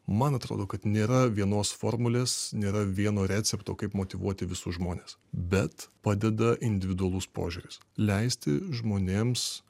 man atrodo kad nėra vienos formulės nėra vieno recepto kaip motyvuoti visus žmones bet padeda individualus požiūris leisti žmonėms